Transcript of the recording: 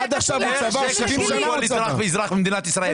איך זה קשור לכל אזח ואזרח במדינת ישראל?